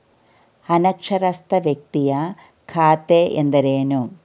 ಅನಕ್ಷರಸ್ಥ ವ್ಯಕ್ತಿಯ ಖಾತೆ ಎಂದರೇನು?